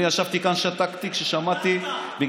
אני ישבתי כאן, שתקתי כששמעתי, שתקת.